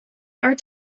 are